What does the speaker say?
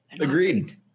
Agreed